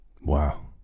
Wow